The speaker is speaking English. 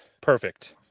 Perfect